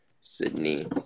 Sydney